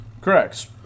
Correct